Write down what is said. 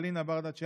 אלינה ברדץ יאלוב,